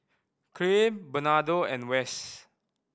Clint Bernardo and Wess